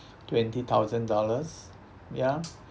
twenty thousand dollars ya